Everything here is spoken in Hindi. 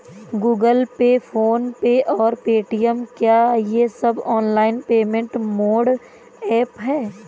गूगल पे फोन पे और पेटीएम क्या ये सभी ऑनलाइन पेमेंट मोड ऐप हैं?